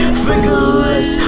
fingerless